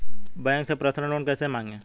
Bank से personal loan कैसे मांगें?